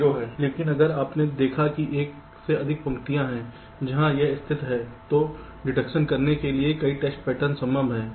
लेकिन अगर आपने देखा कि एक से अधिक पंक्तियाँ हैं जहाँ यह स्थिति है तो डिटेक्शन करने के लिए कई टेस्ट पैटर्न संभव हैं